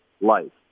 life